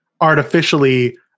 artificially